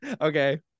Okay